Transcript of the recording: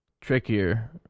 trickier